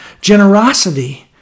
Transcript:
generosity